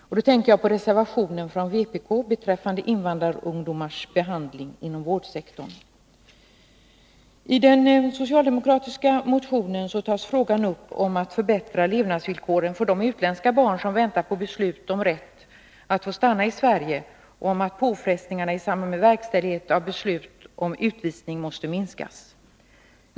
Jag tänker på reservationen från vpk beträffande invandrarungdomars behandling inom vårdsektorn. I den socialdemokratiska motionen tar motionärerna upp frågan om att förbättra levnadsvillkoren för de utländska barn som väntar på beslut om rätt att få stanna i Sverige och om att påfrestningarna i samband med verkställighet av beslut om utvisning måste minskas.